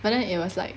but then it was like